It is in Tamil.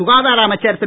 சுகாதார அமைச்சர் திரு